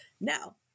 Now